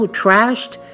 trashed